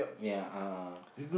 ya uh